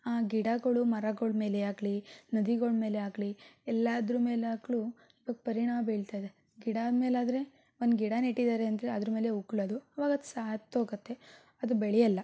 ಆ ಗಿಡಗಳು ಮರಗಳ ಮೇಲೆ ಆಗಲಿ ನದಿಗಳ ಮೇಲೆ ಆಗಲಿ ಎಲ್ಲಾದ್ರೂ ಮೇಲಾಗ್ಲೂ ಪರಿಣಾಮ ಬೀಳ್ತದೆ ಗಿಡ ಮೇಲಾದರೆ ಒಂದು ಗಿಡ ನೆಟ್ಟಿದ್ದಾರೆ ಅಂದರೆ ಅದರ ಮೇಲೆ ಉಗಳೋದು ಆವಾಗ ಅದು ಸತ್ತೋಗತ್ತೆ ಅದು ಬೆಳಿಯಲ್ಲ